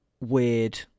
Weird